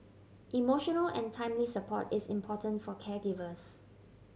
emotional and timely support is important for caregivers